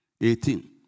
Eighteen